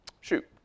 Shoot